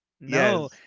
No